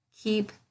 Keep